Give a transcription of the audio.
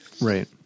right